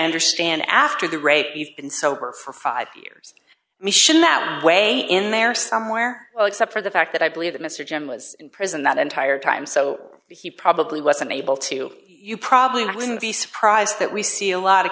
sander stan after the rape you've been sober for five years mission that way in there somewhere well except for the fact that i believe that mr jim was in prison that entire time so he probably wasn't able to you probably wouldn't be surprised that we see a lot of